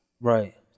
Right